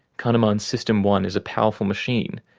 kahneman's system one is a powerful machine,